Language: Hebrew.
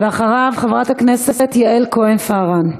ואחריו, חברת הכנסת יעל כהן-פארן.